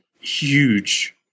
huge